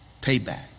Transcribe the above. payback